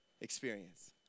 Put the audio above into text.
experience